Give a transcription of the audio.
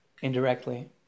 indirectly